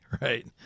right